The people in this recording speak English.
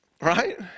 right